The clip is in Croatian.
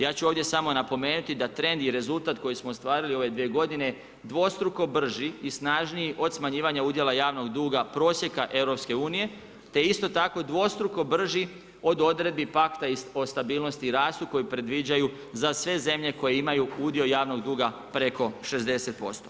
Ja ću ovdje samo napomenuti da trend i rezultat koji smo ostvarili u ove dvije godine dvostruko brži i snažniji od smanjivanja udjela javnog duga prosjeka EU, te isto tako dvostruko brži od odredbi Pakta o stabilnosti i rastu koji predviđaju za sve zemlje koje imaju udio javnog duga preko 60%